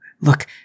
Look